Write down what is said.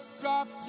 Dropped